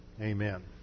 Amen